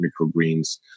microgreens